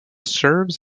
serves